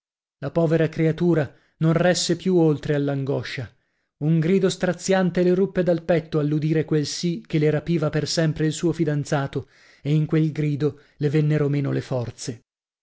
la povera creatura non resse più oltre all'angoscia un grido straziante le ruppe dal petto all'udire quel sì che le rapiva per sempre il suo fidanzato e in quel grido le vennero meno le forze